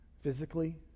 physically